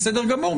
בסדר גמור,